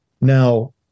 Now